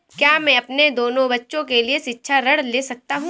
क्या मैं अपने दोनों बच्चों के लिए शिक्षा ऋण ले सकता हूँ?